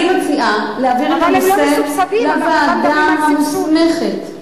לכן, אני מציעה להעביר את הנושא לוועדה המוסמכת.